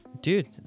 dude